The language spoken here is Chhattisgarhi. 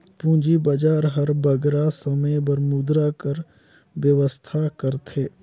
पूंजी बजार हर बगरा समे बर मुद्रा कर बेवस्था करथे